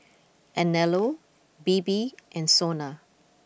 Anello Bebe and Sona